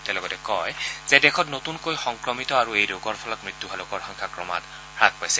তেওঁ লগতে কয় যে দেশত নতুনকৈ সংক্ৰমিত আৰু এই ৰোগৰ ফলত মৃত্যু হোৱা লোকৰ সংখ্যা ক্ৰমাৎ হাস পাইছে